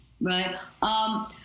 right